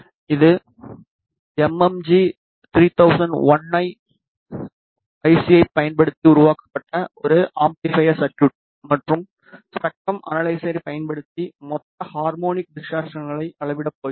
இது M M G 3001 I C ஐப் பயன்படுத்தி உருவாக்கப்பட்ட ஒரு அம்பிளிபைர் சர்குய்ட் மற்றும் ஸ்பெக்ட்ரம் அனலைசரைப் பயன்படுத்தி மொத்த ஹார்மோனிக் டிசர்ட்சனை அளவிடப் போகிறோம்